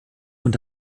und